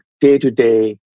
day-to-day